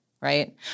right